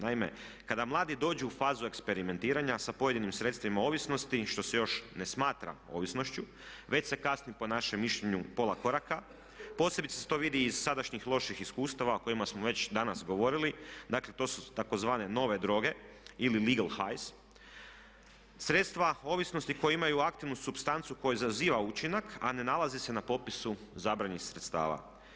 Naime, kada mladi dođu u fazu eksperimentiranja sa pojedinim sredstvima ovisnosti što se još ne smatra ovisnošću već se kasni po našem mišljenju pola koraka, posebice se to vidi iz sadašnjih loših iskustava o kojima smo već danas govorili, dakle to su tzv. nove droge ili legal highs, sredstva ovisnosti koje imaju aktivnu supstancu koja zaziva učinak a ne nalazi se na popisu zabranjenih sredstava.